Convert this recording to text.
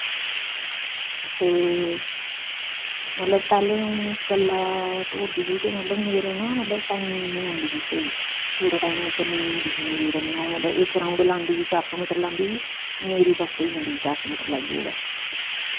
ते मतलब पैह्लें कल्ला दौड़दी ही ते मतलब टाइमिंग निं आंदी ही स्हेई ते पूरा टाईम पर नेईं होंदी ही रनिंग मतलब इक्क राऊंड लांदी ही चार सौ मीटर लांदी ही मेरी बस होई जंदी ही चार सौ मीटर लाइयै गै